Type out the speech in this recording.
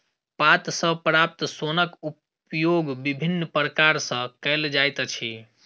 पात सॅ प्राप्त सोनक उपयोग विभिन्न प्रकार सॅ कयल जाइत अछि